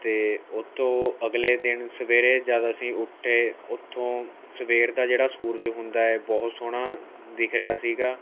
ਅਤੇ ਉਸ ਤੋਂ ਅਗਲੇ ਦਿਨ ਸਵੇਰੇ ਜਦ ਅਸੀਂ ਉੱਠੇ ਉਥੋਂ ਸਵੇਰ ਦਾ ਜਿਹੜਾ ਸੂਰਜ ਹੁੰਦਾ ਏ ਬਹੁਤ ਸੋਹਣਾ ਦਿਖ ਰਿਹਾ ਸੀ